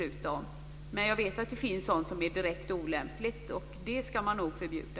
Jag vet alltså att det finns sådant som är direkt olämpligt, och det ska man nog förbjuda.